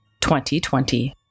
2020